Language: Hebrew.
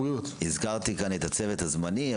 הזכרתי כאן את הצוות הזמני,